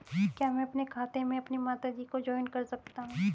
क्या मैं अपने खाते में अपनी माता जी को जॉइंट कर सकता हूँ?